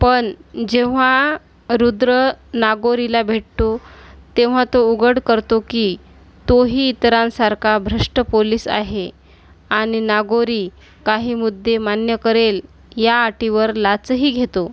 पण जेव्हा रुद्र नागोरीला भेटतो तेव्हा तो उघड करतो की तोही इतरांसारखा भ्रष्ट पोलिस आहे आणि नागोरी काही मुद्दे मान्य करेल या अटीवर लाचही घेतो